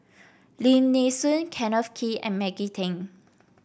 Lim Nee Soon Kenneth Kee and Maggie Teng